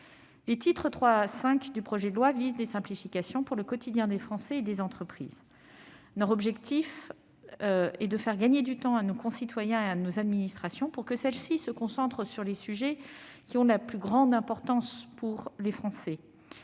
Les titres III à V du projet de loi visent des simplifications pour le quotidien des Français et des entreprises. Leur objectif est de faire gagner du temps à nos concitoyens et à nos administrations, pour que ces dernières se concentrent sur les sujets ayant la plus grande importance pour les Français.